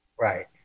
Right